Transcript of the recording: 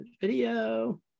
video